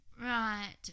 Right